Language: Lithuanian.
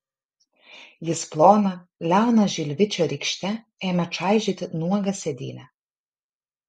jis plona liauna žilvičio rykšte ėmė čaižyti nuogą sėdynę